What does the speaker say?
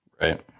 Right